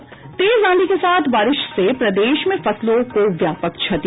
और तेज आंधी के साथ बारिश से प्रदेश में फसलों को व्यापक क्षति